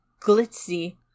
glitzy